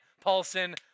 Paulson